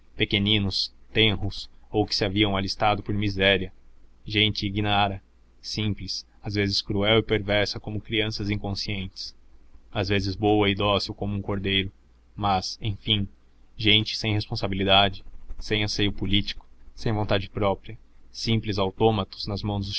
pequeninos tenros ou que se haviam alistado por miséria gente ignara simples às vezes cruel e pervesa como crianças inconscientes às vezes boa e dócil como um cordeiro mas enfim gente sem responsabilidade sem anseio político sem vontade própria simples autômatos nas mãos